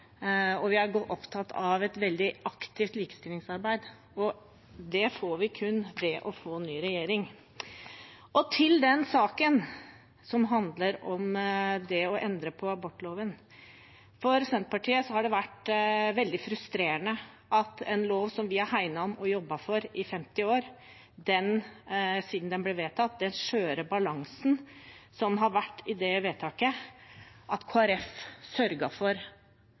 og vi er opptatt av et veldig aktivt likestillingsarbeid. Det får vi kun ved å få en ny regjering. Til den saken som handler om det å endre på abortloven: For Senterpartiet har det vært veldig frustrerende at Kristelig Folkeparti sørget for at en lov vi har hegnet om og jobbet for siden den ble vedtatt for over 40 år, og den skjøre balansen som har vært i det vedtaket,